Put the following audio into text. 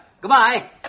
Goodbye